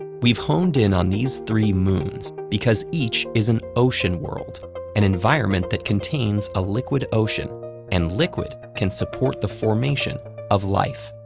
we've honed in on these three moons because each is an ocean world an environment that contains a liquid ocean and liquid can support the formation of life.